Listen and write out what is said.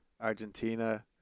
Argentina